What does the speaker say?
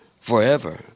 forever